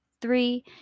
three